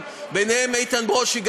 ביניהן גם איתן ברושי.